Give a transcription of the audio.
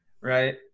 right